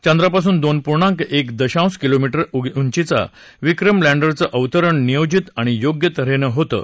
चंद्रापासून दोन पूर्णांक एक दशांश किलोमीटर उंचीचा विक्रम लँडरचं अवतरण नियोजीत आणि योग्य तऱ्हेनं होत होतं